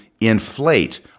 inflate